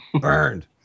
Burned